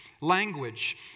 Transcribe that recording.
language